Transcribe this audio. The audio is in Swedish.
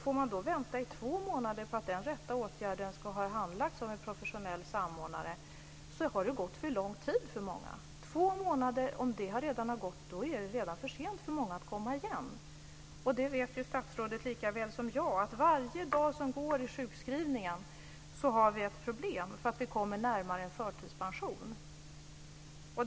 Får man då vänta i två månader på att den rätta åtgärden ska ha handlagts av en professionell samordnare, har det gått för lång tid för många. Om två månader har gått är det redan för sent för många att komma igen. Statsrådet vet ju lika väl som jag att varje dag som går under sjuskrivningen är ett problem, därför att man kommer närmare en förtidspension.